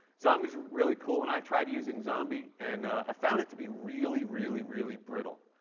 zombie's really cool. and i tried using zombie, and i found it to be really, really, really brittle,